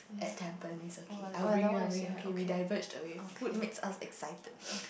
at Tampines okay I'll bring you I'll bring you okay we diverge away food makes us excited